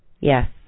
Yes